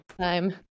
time